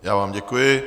Já vám děkuji.